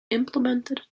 implemented